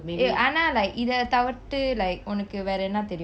eh ஆனா:aana like இத தவிர்த்து வேற என்ன தெரியும்:ithe tavirthu unneku vere enna theriyum